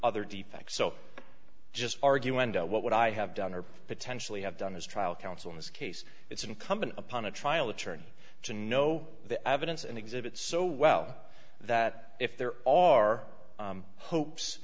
other defects so just argue when what would i have done or potentially have done as trial counsel in this case it's incumbent upon a trial attorney to know the evidence and exhibits so well that if there are